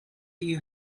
you